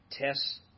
Tests